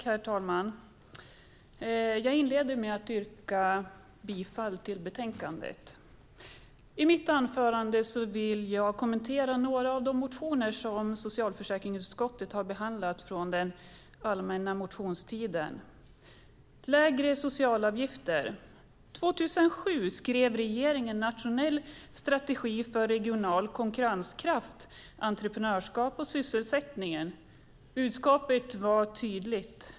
Herr talman! Jag inleder med att yrka bifall till utskottets förslag i betänkandet. I mitt anförande vill jag kommentera några av de motioner som socialförsäkringsutskottet har behandlat från den allmänna motionstiden. När det gäller lägre socialavgifter skrev regeringen 2007 en nationell strategi för regional konkurrenskraft, entreprenörskap och sysselsättning. Budskapet var tydligt.